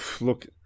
Look